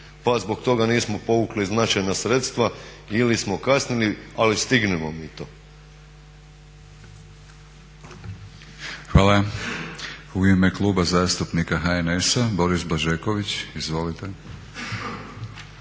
pa zbog toga nismo povukli značajna sredstva ili smo kasnili, ali stignemo mi to. **Batinić, Milorad (HNS)** Hvala. U ime Kluba zastupnika HNS-a Boris Blažeković. Izvolite.